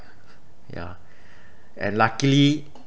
yeah and luckily